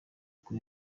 kuri